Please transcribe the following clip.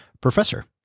Professor